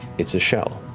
it's a shell.